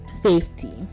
safety